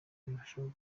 rirarushaho